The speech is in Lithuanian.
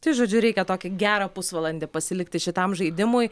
tai žodžiu reikia tokį gerą pusvalandį pasilikti šitam žaidimui